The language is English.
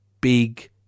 big